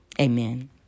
amen